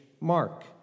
Mark